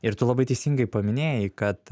ir tu labai teisingai paminėjai kad